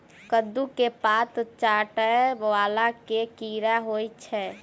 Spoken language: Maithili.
कद्दू केँ पात चाटय वला केँ कीड़ा होइ छै?